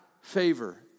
favor